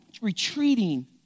retreating